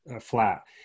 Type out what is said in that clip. flat